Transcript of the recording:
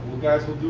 guys who